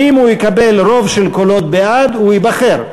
ואם הוא יקבל רוב של קולות בעד, הוא ייבחר.